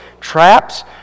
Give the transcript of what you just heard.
traps